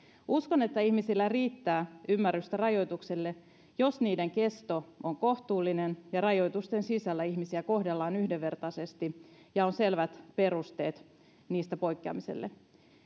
uskon että ihmisillä riittää ymmärrystä rajoituksille jos niiden kesto on kohtuullinen ja rajoitusten sisällä ihmisiä kohdellaan yhdenvertaisesti ja on selvät perusteet niistä poikkeamiselle